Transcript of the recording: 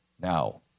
Now